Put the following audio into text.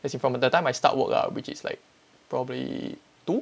as in from the the time I start work ah which is like probably two